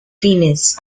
fines